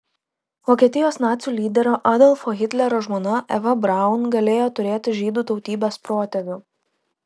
vokietijos nacių lyderio adolfo hitlerio žmona eva braun galėjo turėti žydų tautybės protėvių